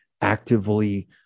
actively